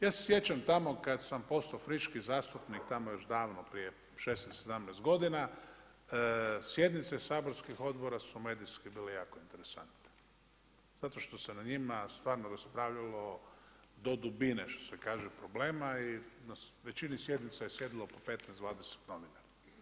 Ja se sjećam tamo kada sam postao friški zastupnik, tamo još davno prije 16, 17 godina, sjednice saborskih odbora su medijski bile jako interesantne zato što se na njima stvarno raspravljalo do dubine što se kaže problema i na većini sjednica je sjedilo po 15, 20 novinara.